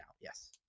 Yes